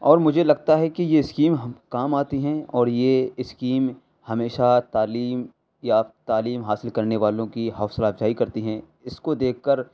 اور مجھے لگتا ہے کہ یہ اسکیم کام آتی ہیں اور یہ اسکیم ہمیشہ تعلیم تعلیم حاصل کرنے والوں کی حوصلہ افزائی کرتی ہیں اس کو دیکھ کر